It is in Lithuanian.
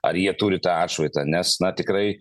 ar jie turi tą atšvaitą nes na tikrai